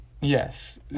Yes